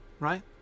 right